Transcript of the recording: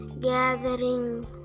gathering